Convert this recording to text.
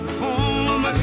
home